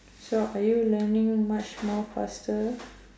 so are you learning much more faster